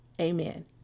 amen